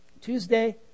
Tuesday